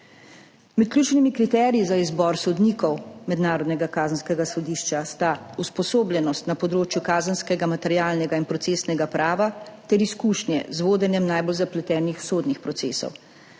Med ključnimi kriteriji za izbor sodnikov Mednarodnega kazenskega sodišča sta usposobljenost na področju kazenskega materialnega in procesnega prava ter izkušnje z vodenjem najbolj zapletenih sodnih procesov.